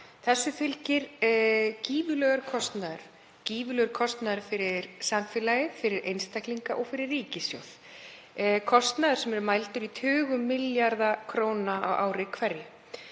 Þessu fylgir gífurlegur kostnaður fyrir samfélagið, fyrir einstaklinga og fyrir ríkissjóð, kostnaður sem er mældur í tugum milljarða króna á ári hverju.